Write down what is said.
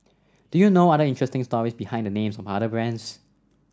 do you know other interesting stories behind the names of other brands